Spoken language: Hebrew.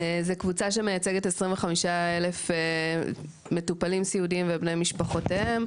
25,000 מטופלים סיעודיים ובני משפחותיהם,